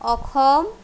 Assam